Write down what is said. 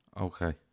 Okay